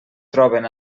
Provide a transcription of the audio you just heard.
troben